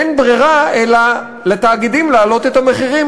אין ברירה לתאגידים אלא להעלות את המחירים,